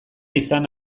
izan